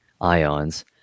ions